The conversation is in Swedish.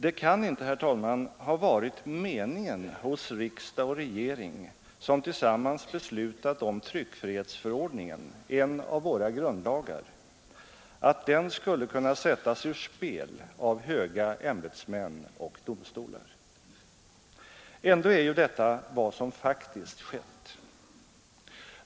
Det kan inte, herr talman, ha varit meningen hos riksdag och regering, som tillsammans beslutat om tryckfrihetsförordningen, en av våra grundlagar, att den skulle kunna sättas ur spel av höga ämbetsmän och domstolar. Ändå är ju detta vad som faktiskt skett.